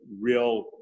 real